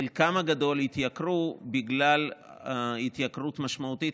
חלקם הגדול התייקרו בגלל התייקרות משמעותית